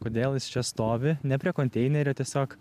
kodėl jis čia stovi ne prie konteinerio tiesiog